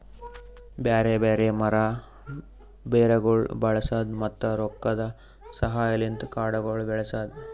ಬ್ಯಾರೆ ಬ್ಯಾರೆ ಮರ, ಬೇರಗೊಳ್ ಬಳಸದ್, ಮತ್ತ ರೊಕ್ಕದ ಸಹಾಯಲಿಂತ್ ಕಾಡಗೊಳ್ ಬೆಳಸದ್